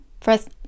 first